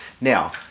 Now